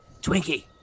Twinkie